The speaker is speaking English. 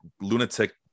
lunatic